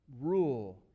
rule